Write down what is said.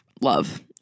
Love